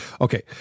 Okay